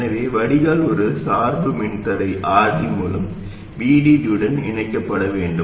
எனவே வடிகால் ஒரு சார்பு மின்தடை RD மூலம் VDD உடன் இணைக்கப்பட வேண்டும்